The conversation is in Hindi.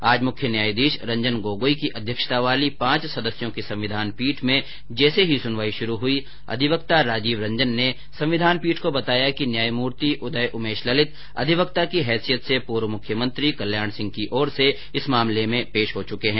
आज मुख्य न्यायाधीश रंजन गोगोई की अध्यक्षता वाली पांच सदस्यों की संविधान पीठ में जैसे ही सुनवाई शुरू हुई अधिवक्ता राजीव रंजन ने संविधान पीठ को बताया कि न्यायमूर्ति उदय उमेश ललित अधिवक्ता की हैसियत से पूर्व मुख्यमंत्री कल्याण सिंह की ओर से इस मामले में पेश हो चुके है